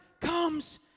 comes